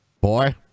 Boy